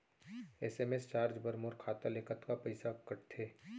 SMS charge बर मोर खाता ले कतका पइसा कटथे?